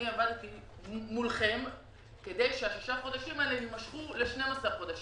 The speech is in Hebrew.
אני עבדתי מולכם כדי שששת החודשים האלה ימשכו ל-12 חודשים.